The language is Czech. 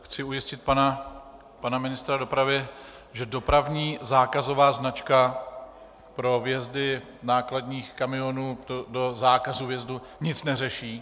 Chci ujistit pana ministra dopravy, že dopravní zákazová značka pro vjezdy nákladních kamionů do zákazu vjezdu nic neřeší.